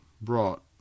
brought